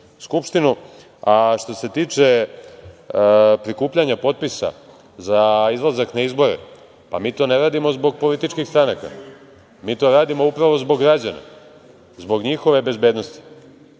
skupštinu. Što se tiče prikupljanja potpisa za izlazak na izbore, pa mi to ne radimo zbog političkih stranaka, mi to radimo upravo zbog građana, zbog njihove bezbednosti